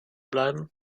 bleiben